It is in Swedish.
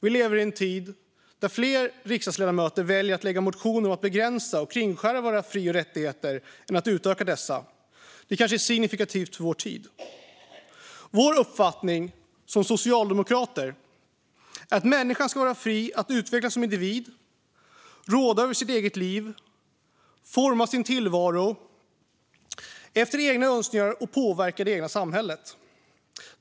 Vi lever i en tid där fler riksdagsledamöter väljer att väcka motioner om att begränsa och kringskära våra fri och rättigheter än motioner om att utöka dessa. Det kanske är signifikativt för vår tid. Vår uppfattning som socialdemokrater är att människan ska vara fri att utvecklas som individ, råda över sitt eget liv, forma sin tillvaro efter egna önskningar och påverka det egna samhället.